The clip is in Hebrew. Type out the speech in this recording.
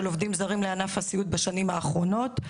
עובדים זרים לענף הסיעוד בשנים האחרונות,